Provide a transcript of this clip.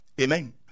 Amen